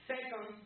Second